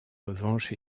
revanche